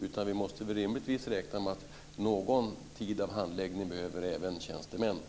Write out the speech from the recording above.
Rimligtvis måste vi räkna med att även tjänstemän behöver en handläggningstid.